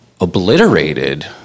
obliterated